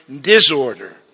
disorder